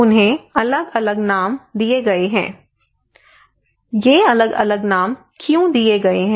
उन्हें अलग अलग नाम क्यों दिए गए हैं